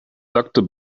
doctor